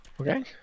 Okay